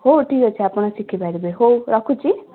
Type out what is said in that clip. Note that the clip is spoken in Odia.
ହଉ ଠିକ୍ ଅଛି ଆପଣ ଶିଖିପାରିବେ ହଉ ରଖୁଛି